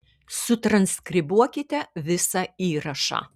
sutranskribuokite visą įrašą